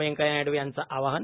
वेंकय्या नायडू यांचं आवाहन